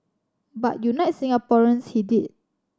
but unite Singaporeans he did